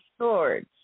swords